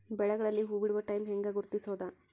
ಬೆಳೆಗಳಲ್ಲಿ ಹೂಬಿಡುವ ಟೈಮ್ ಹೆಂಗ ಗುರುತಿಸೋದ?